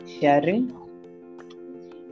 sharing